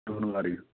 don't worry